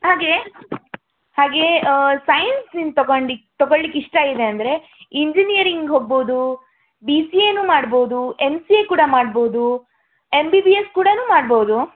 ಹಾಗೇ ಹಾಗೇ ಸೈನ್ಸ್ ನೀನು ತೊಗೊಂಡಿಕ್ ತೊಗೊಳ್ಳಿಕ್ಕೆ ಇಷ್ಟ ಇದೆ ಅಂದರೆ ಇಂಜಿನಿಯರಿಂಗ್ ಹೋಗ್ಬೋದು ಬಿ ಸಿ ಎನೂ ಮಾಡ್ಬೋದು ಎಮ್ ಸಿ ಎ ಕೂಡ ಮಾಡ್ಬೋದು ಎಮ್ ಬಿ ಬಿ ಎಸ್ ಕೂಡಾ ಮಾಡ್ಬೋದು